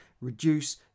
reduce